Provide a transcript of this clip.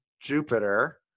jupiter